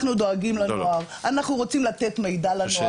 אנחנו דואגים לנוער, אנחנו רוצים לתת מידע לנוער.